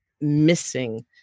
missing